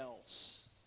else